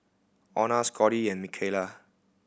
Ona Scottie and Mikalah